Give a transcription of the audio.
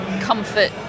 comfort